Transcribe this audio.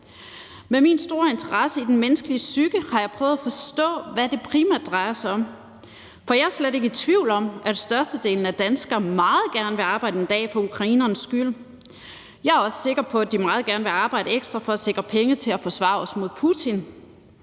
Med min store interesse i den menneskelige psyke har jeg prøvet at forstå, hvad det primært drejer sig om. For jeg er slet ikke i tvivl om, at størstedelen af danskerne meget gerne vil arbejde en dag for ukrainernes skyld. Jeg er sikker på, at de meget gerne vil arbejde ekstra for at sikre penge til at forsvare os mod Putin,